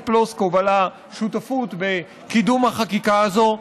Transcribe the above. פלוסקוב על השותפות בקידום החקיקה הזאת.